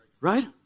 right